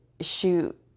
shoot